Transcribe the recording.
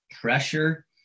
pressure